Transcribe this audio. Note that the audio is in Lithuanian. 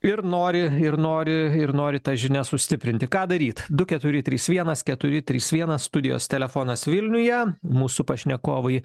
ir nori ir nori ir nori tas žinias sustiprinti ką daryt du keturi trys vienas keturi trys vienas studijos telefonas vilniuje mūsų pašnekovai